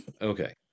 Okay